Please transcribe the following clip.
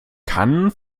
kann